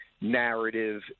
narrative